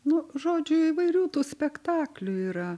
nu žodžiu įvairių tų spektaklių yra